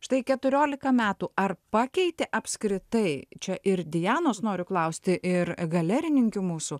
štai keturiolika metų ar pakeitė apskritai čia ir dianos noriu klausti ir galerininkių mūsų